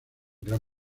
gran